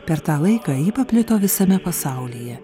per tą laiką ji paplito visame pasaulyje